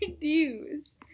news